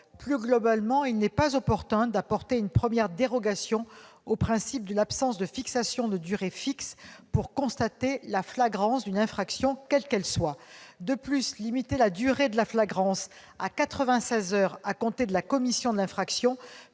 Plus globalement, il n'est pas utile d'apporter une première dérogation au principe de l'absence de fixation de durée fixe pour constater la flagrance d'une infraction, quelle qu'elle soit. De plus, limiter la durée de la flagrance à 96 heures à compter de la commission de l'infraction